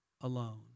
alone